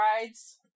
rides